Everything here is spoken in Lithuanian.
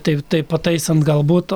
taip taip pataisant galbūt